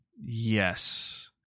Yes